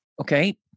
Okay